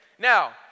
Now